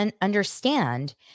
understand